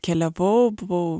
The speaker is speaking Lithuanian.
keliavau buvau